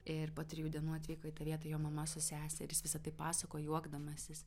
ir po trijų dienų atvyko į tą vietą jo mama su sese ir jis visa tai pasakojo juokdamasis